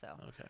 Okay